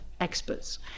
experts